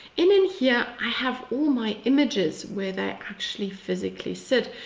in in here i have all my images, where they actually physically sit.